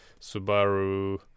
Subaru